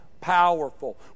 Powerful